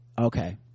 Okay